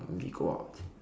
let me go out